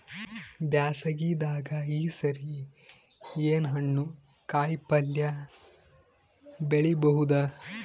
ಬ್ಯಾಸಗಿ ದಾಗ ಈ ಸರಿ ಏನ್ ಹಣ್ಣು, ಕಾಯಿ ಪಲ್ಯ ಬೆಳಿ ಬಹುದ?